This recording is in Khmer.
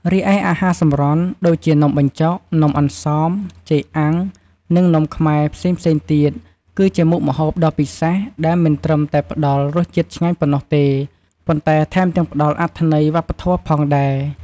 រីឯអាហារសម្រន់ ដូចជានំបញ្ចុក នំអន្សម ចេកអាំង និងនំខ្មែរ ផ្សេងៗទៀត គឺជាមុខម្ហូបដ៏ពិសេស ដែលមិនត្រឹមតែផ្តល់រសជាតិឆ្ងាញ់ប៉ុណ្ណោះទេ ប៉ុន្តែថែមទាំងផ្ដល់អត្ថន័យវប្បធម៌ផងដែរ។